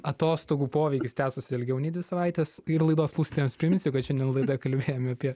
atostogų poveikis tęstųsi ilgiau nei dvi savaites ir laidos klausytojams priminsiu kad šiandien laidoje kalbėjom apie